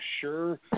sure